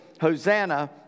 Hosanna